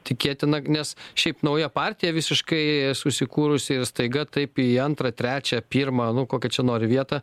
tikėtina nes šiaip nauja partija visiškai susikūrusi ir staiga taip į antrą trečią pirmą nu kokią čia nori vietą